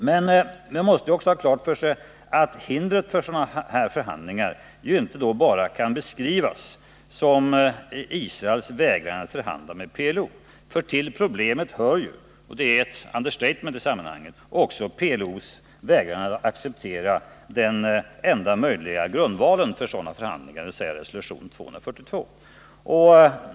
Men man måste också ha klart för sig att hindret för sådana här förhandlingar inte bara kan beskrivas som Israels vägran att förhandla med PLO, för till problemet hör ju — detta är ett understatement i sammanhanget — också PLO:s vägran att acceptera den enda möjliga grundvalen för sådana förhandlingar, dvs. resolution 242.